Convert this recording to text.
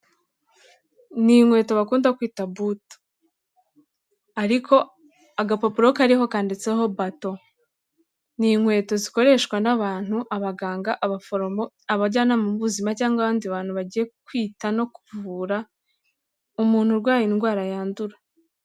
Ni inkweto bakunda kwita butu ariko agapapuro kariho kandiho bato, ni inkweto zikoreshwa n'abantu abaganga, abaforomo abajyanama b'ubuzima cyangwa abandi bantu bagiye kwita no kuvura umuntu urwaye indwara yandura.